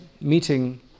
meeting